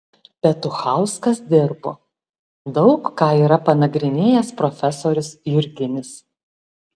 petuchauskas dirbo daug ką yra panagrinėjęs profesorius jurginis